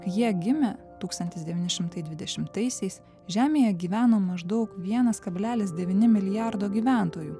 jie gimė tūkstantis devyni šimtai dvidešimtaisiais žemėje gyveno maždaug vienas kablelis devyni milijardo gyventojų